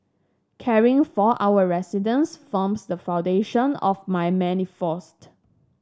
caring for our residents forms the foundation of my manifesto